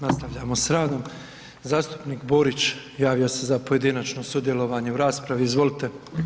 Nastavljamo s radom, zastupnik Borić javio se za pojedinačno sudjelovanje u raspravi, izvolite.